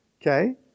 Okay